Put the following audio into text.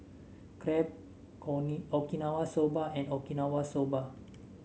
Crepe Okinawa Soba and Okinawa Soba